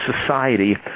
society